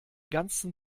ganzen